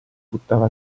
buttava